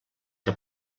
que